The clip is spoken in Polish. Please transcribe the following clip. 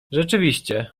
rzeczywiście